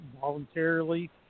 voluntarily